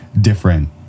different